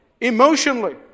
emotionally